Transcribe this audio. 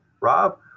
Rob